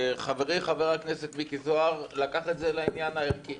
חברי חבר הכנסת מיקי זוהר לקח את זה לעניין הערכי.